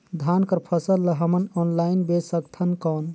धान कर फसल ल हमन ऑनलाइन बेच सकथन कौन?